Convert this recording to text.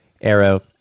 arrow